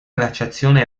glaciazione